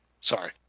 sorry